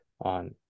on